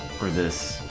for this